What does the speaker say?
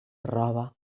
roba